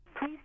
Please